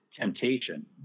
temptation